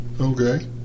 Okay